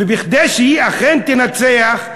וכדי שהיא אכן תנצח,